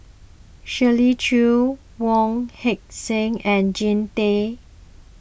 Shirley Chew Wong Heck Sing and Jean Tay